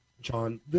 John